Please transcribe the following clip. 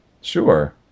Sure